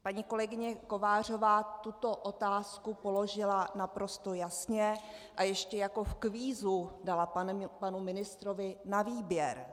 Paní kolegyně Kovářová tuto otázku položila naprosto jasně a ještě jako v kvízu dala panu ministrovi na výběr.